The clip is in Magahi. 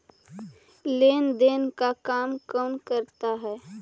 लेन देन का काम कौन करता है?